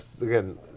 again